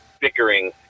bickering